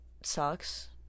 sucks